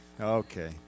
okay